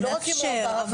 לא רק אם עבר עבירה.